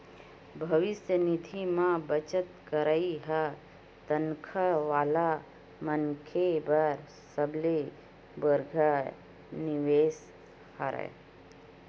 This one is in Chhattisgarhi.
भविस्य निधि म बचत करई ह तनखा वाला मनखे बर सबले बड़िहा निवेस हरय